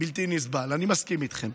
בלתי נסבל, אני מסכים איתכם.